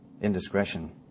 indiscretion